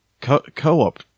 co-op